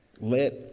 Let